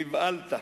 נבהלת,